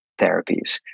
therapies